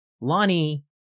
Lonnie